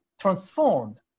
transformed